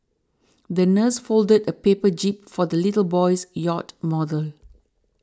the nurse folded a paper jib for the little boy's yacht model